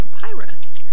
papyrus